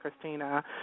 Christina